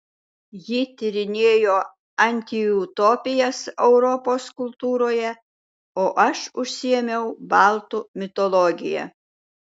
ji tyrinėjo antiutopijas europos kultūroje o aš užsiėmiau baltų mitologija